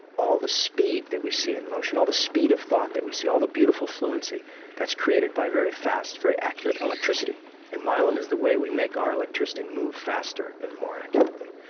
all the speed that we see in motion, all the speed of thought that we see, all the beautiful fluency that's created by very fast, very accurate electricity and myelin is the way we make our electricity and move faster and more accurately.